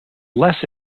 less